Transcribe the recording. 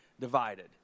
divided